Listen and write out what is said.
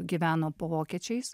gyveno po vokiečiais